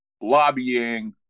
lobbying